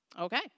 okay